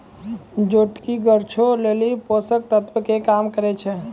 जोटकी गाछो लेली पोषक तत्वो के काम करै छै